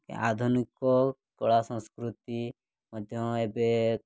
ଆଧୁନିକ କଳା ସଂସ୍କୃତି ମଧ୍ୟ ଏବେ